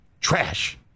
trash